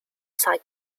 side